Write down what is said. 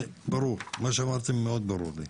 ברור, מה שאמרתם הוא מאוד ברור לי.